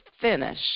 finish